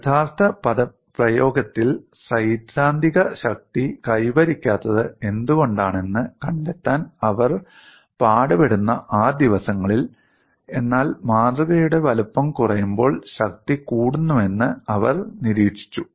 യഥാർത്ഥ പ്രയോഗത്തിൽ സൈദ്ധാന്തിക ശക്തി കൈവരിക്കാത്തത് എന്തുകൊണ്ടാണെന്ന് കണ്ടെത്താൻ അവർ പാടുപെടുന്ന ആ ദിവസങ്ങളിൽ എന്നാൽ മാതൃകയുടെ വലുപ്പം കുറയുമ്പോൾ ശക്തി കൂടുന്നുവെന്ന് അവർ നിരീക്ഷിച്ചു